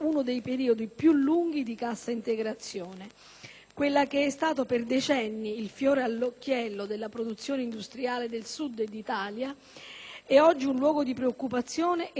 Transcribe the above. Quella che è stata per decenni il fiore all'occhiello della produzione industriale del Sud d'Italia è oggi un luogo di preoccupazione e di incertezza. Da quella fabbrica sono state